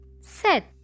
set